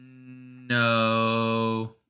No